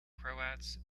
croats